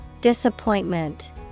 Disappointment